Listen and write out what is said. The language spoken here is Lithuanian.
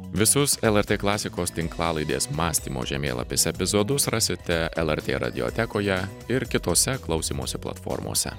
visus lrt klasikos tinklalaidės mąstymo žemėlapis epizodus rasite lrt radiotekoje ir kitose klausymosi platformose